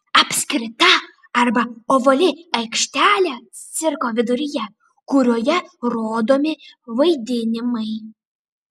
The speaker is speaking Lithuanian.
apskrita arba ovali aikštelė cirko viduryje kurioje rodomi vaidinimai